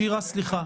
שירה, סליחה.